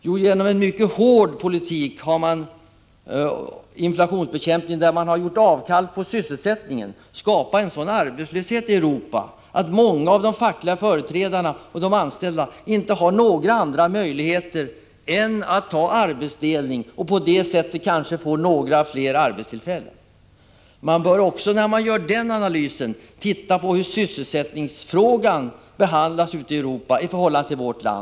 Jo, genom en hård inflationsbekämpning med bortseende från sysselsättning har man skapat en sådan arbetslöshet att många av de fackliga företrädarna och de anställda inte har några andra möjligheter än att välja arbetsdelning och därigenom kanske få några fler arbetstillfällen. Man bör vid denna analys också se på hur sysselsättningsproblemet behandlas i andra europeiska länder än vårt land.